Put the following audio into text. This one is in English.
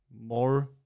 more